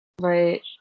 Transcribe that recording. right